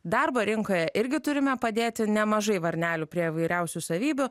darbo rinkoje irgi turime padėti nemažai varnelių prie įvairiausių savybių